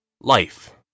Life